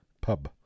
Pub